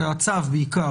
הצו בעיקר,